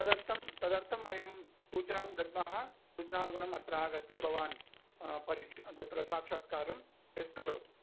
तदर्थं तदर्थं वयं सूचनां दद्मः सूचनानुगुणम् अत्र आगत्य भवान् परीक् तत्र साक्षात्कारं फेस् करोतु